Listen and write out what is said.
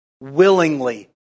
willingly